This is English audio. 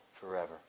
forever